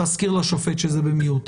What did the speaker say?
נמצא לזה את הניסוח.